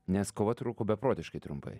nes kova truko beprotiškai trumpai